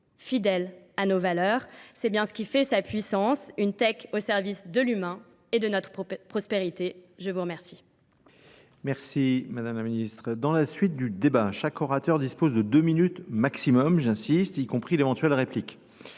fidèle à nos valeurs. C'est bien ce qui fait sa puissance, une tech au service de l'humain et de notre prospérité. Je vous remercie.